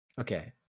Okay